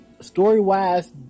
Story-wise